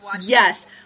yes